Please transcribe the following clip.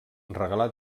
regalar